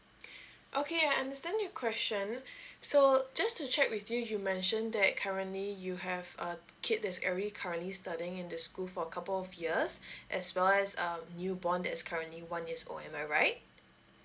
okay I understand your question so just to check with you you mentioned that currently you have a kid that is already currently studying in the school for a couple of years as well as a newborn that is currently one years old am I right